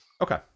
Okay